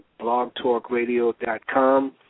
blogtalkradio.com